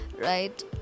right